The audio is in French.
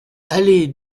allée